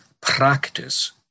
practice